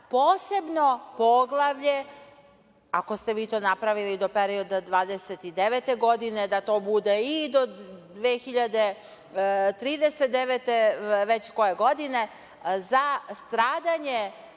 posebno poglavlje, ako ste vi to napravili do perioda 2029. godine, da to bude i do 2039. godine, ili već koje godine, za stradanje